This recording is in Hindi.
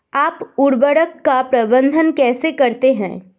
आप उर्वरक का प्रबंधन कैसे करते हैं?